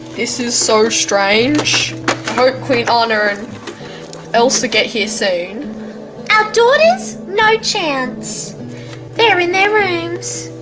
this is so strange oh queen honored i also get here soon our daughters no chance they're in their rooms